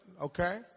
Okay